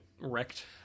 wrecked